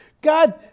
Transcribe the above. God